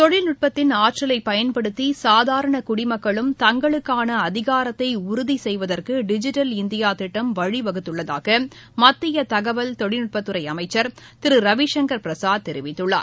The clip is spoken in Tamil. தொழில்நுட்பத்தின் ஆற்றலை பயன்படுத்தி சாதாரண குடிமக்களும் தங்களுக்கான அதிகாரத்தை உறுதி செய்வதற்கு டிஜிட்டல் இந்தியா திட்டம் வழிவகுத்துள்ளதாக மத்திய தகவல் தொழில்நுட்பத்துறை அமைச்சர் திரு ரவிசங்கர் பிரசாத் தெரிவித்துள்ளார்